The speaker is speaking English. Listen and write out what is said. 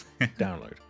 download